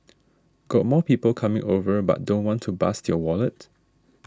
got more people coming over but don't want to bust your wallet